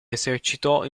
esercitò